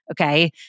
okay